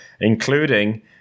including –